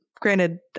granted